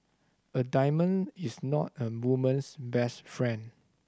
a diamond is not a woman's best friend